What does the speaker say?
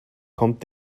kommt